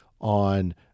on